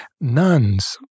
nuns